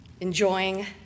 enjoying